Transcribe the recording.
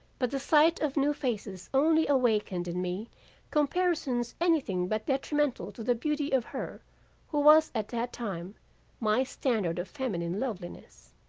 but the sight of new faces only awakened in me comparisons anything but detrimental to the beauty of her who was at that time my standard of feminine loveliness.